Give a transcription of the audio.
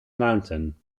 mountain